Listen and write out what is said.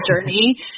journey